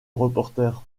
reporter